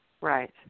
Right